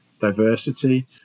diversity